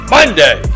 Monday